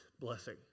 blessing